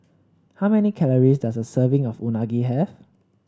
how many calories does a serving of Unagi have